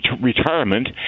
retirement